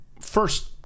first